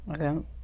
Okay